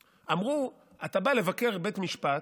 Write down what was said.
אמרו: אתה בא לבקר בבית המשפט,